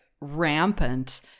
rampant